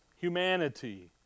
humanity